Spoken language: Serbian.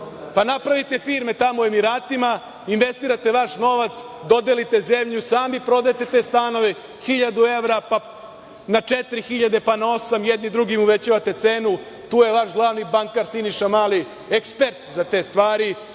Pa, napravite firme tamo u Emiratima, investirate vaš novac, dodelite zemlju, sami prodajete te stanove, hiljadu evra, pa na četiri hiljade, pa na osam, jedni drugima uvećavate cenu. Tu je vaš glavni bankar Siniša Mali, ekspert za te stvari.